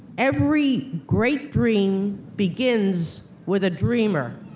every great dream begins with a dreamer.